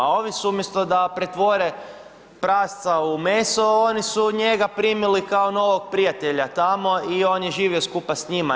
A ovi su, umjesto da pretvore prasca u meso, oni su njega primili kao novog prijatelja tamo i on je živio skupa s njima.